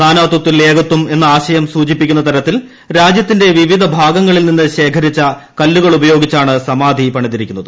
നാനാത്വത്തിൽ ഏകത്വം എന്ന ആൾയ്ക്ക്സൂചിപ്പിക്കുന്ന തരത്തിൽ രാജ്യത്തിന്റെ വിവിധ ഭാഗങ്ങളിൽ നിന്ന് ശേഖരിച്ച കല്ലുകളുപയോഗിച്ചാണ് സമാധി പണിതിരിക്കുന്നത്